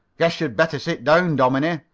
guess you'd better sit down, dominie,